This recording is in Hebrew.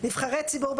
נבחרי ציבור,